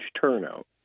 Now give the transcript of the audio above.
turnout